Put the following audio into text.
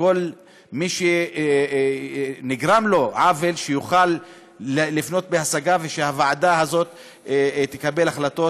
שכל מי שנגרם לו עוול יוכל לפנות בהשגה והוועדה הזאת תקבל החלטות.